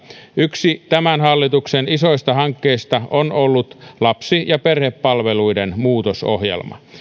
yksi tämän hallituksen isoista hankkeista on ollut lapsi ja perhepalveluiden muutosohjelma